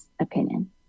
opinion